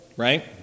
Right